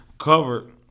covered